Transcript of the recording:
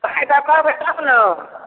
पाय दऽ कहबै तब ने